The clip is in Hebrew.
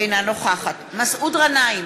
אינה נוכחת מסעוד גנאים,